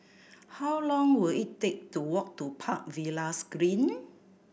how long will it take to walk to Park Villas Green